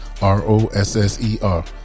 ROSSER